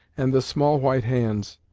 and the small white hands.